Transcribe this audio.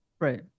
right